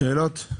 שאלות?